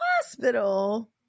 hospital